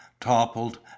toppled